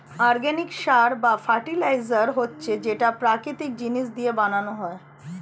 organic সার বা fertiliser হচ্ছে যেটা প্রাকৃতিক জিনিস দিয়ে বানানো হয়